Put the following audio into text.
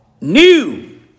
New